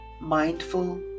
mindful